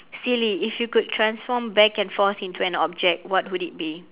silly if you could transform back and forth into an object what would it be